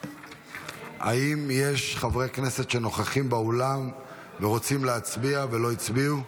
אינה נוכחת האם יש חברי כנסת נוכחים באולם שרוצים להצביע ולא הצביעו?